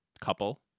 couple